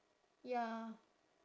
ya